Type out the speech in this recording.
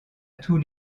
tous